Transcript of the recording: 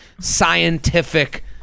scientific